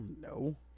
No